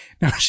Now